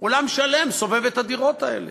עולם שלם סובב את הדירות האלה.